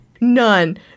None